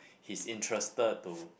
he's interested to